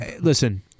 listen